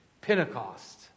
Pentecost